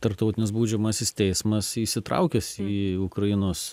tarptautinis baudžiamasis teismas įsitraukęs į ukrainos